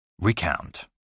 Recount